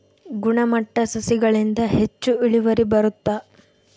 ಗುಣಮಟ್ಟ ಸಸಿಗಳಿಂದ ಹೆಚ್ಚು ಇಳುವರಿ ಬರುತ್ತಾ?